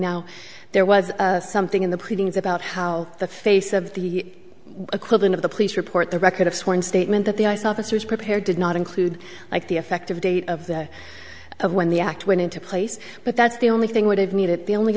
now there was something in the printings about how the face of the equivalent of the police report the record of sworn statement that the ice officers prepare did not include like the effective date of the of when the act went into place but that's the only thing would have made it the only